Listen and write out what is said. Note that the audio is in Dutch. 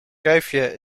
kuifje